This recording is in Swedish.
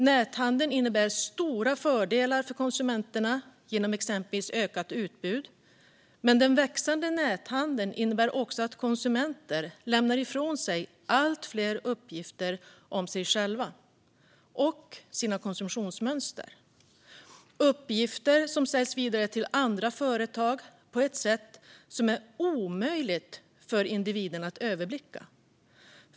Näthandeln innebär stora fördelar för konsumenten genom exempelvis ett ökat utbud, men den växande näthandeln innebär också att konsumenter lämnar ifrån sig allt fler uppgifter om sig själva och sina konsumtionsmönster - uppgifter som säljs vidare till andra företag på ett sätt som är omöjligt för individen att överblicka.